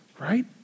right